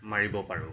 মাৰিব পাৰোঁ